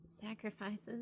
Sacrifices